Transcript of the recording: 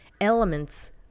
elements